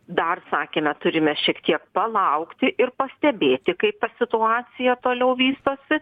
dar sakėme turime šiek tiek palaukti ir pastebėti kaip ta situacija toliau vystosi